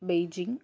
Beijing